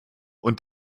und